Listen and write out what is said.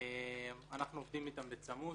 אנחנו עובדים איתם בצמוד.